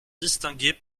distingué